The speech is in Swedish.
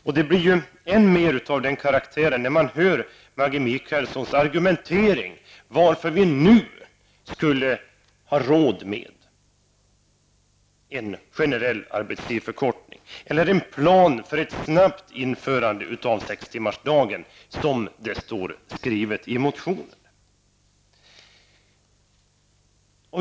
Och det blir än mer av den karaktären när man hör Maggi Mikaelsson argumentera för varför vi nu skulle ha råd med en generell arbetstidsförkortning eller en plan för ett snabbt införande av sextimmarsdagen, som det står skrivet i motionen.